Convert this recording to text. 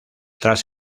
tras